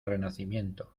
renacimiento